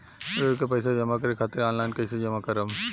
ऋण के पैसा जमा करें खातिर ऑनलाइन कइसे जमा करम?